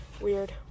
Weird